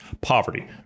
poverty